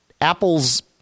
Apple's